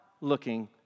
looking